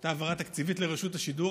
הייתה העברה תקציבית לרשות השידור,